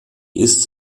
ist